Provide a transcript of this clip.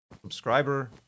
subscriber